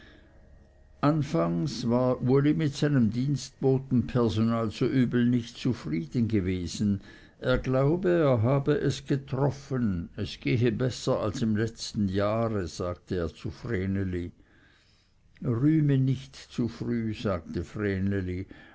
anfangs war uli mit seinem dienstbotenpersonal so übel nicht zufrieden gewesen er glaube er habe es getroffen es gehe besser als im letzten jahre sagte er zu vreneli rühme nicht zu früh sagte